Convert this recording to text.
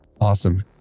Awesome